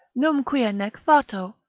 num quia nec fato,